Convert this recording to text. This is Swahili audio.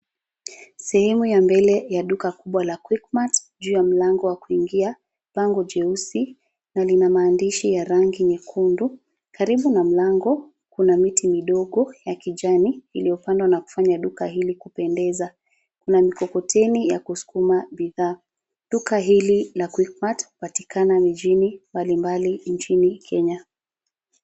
Sehemu ya mbele ya duka kubwa la Quick Mart juu ya mlango wa kuingia, bango jeusi na lina maandishi ya rangi nyekundu. Karibu na mlango, kuna miti midogo ya kijani iliyopandwa na kufanya duka hili kupendeza. Kuna mikokoteni ya kusukuma bidhaa. Duka hili la Quick Mart hupatikana mijini mbali mbali nchini Kenya.